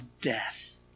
death